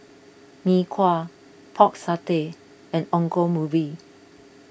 Mee Kuah Pork Satay and Ongol